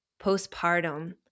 postpartum